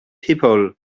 people